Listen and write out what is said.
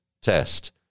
test